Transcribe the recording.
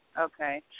Okay